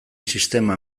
sistema